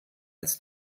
als